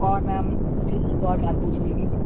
اور میم مجھے ایک اور بات پوچھنی تھی